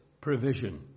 provision